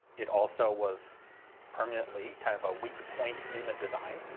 it also was permanently kind of a weak point in the design,